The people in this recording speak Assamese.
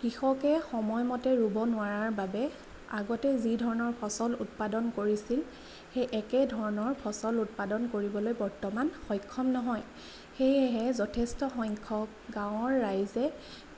কৃষকে সময়মতে ৰুব নোৱাৰাৰ বাবে আগতে যিধৰণৰ ফচল উৎপাদন কৰিছিল সেই একে ধৰণৰ ফচল উৎপাদন কৰিবলৈ বৰ্তমান সক্ষম নহয় সেয়েহে যথেষ্ট সংখ্যক গাঁৱৰ ৰাইজে